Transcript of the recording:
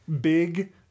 Big